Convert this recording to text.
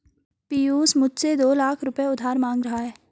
पियूष मुझसे दो लाख रुपए उधार मांग रहा है